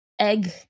egg